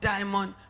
Diamond